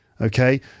Okay